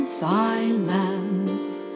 silence